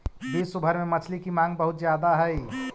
विश्व भर में मछली की मांग बहुत ज्यादा हई